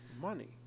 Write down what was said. money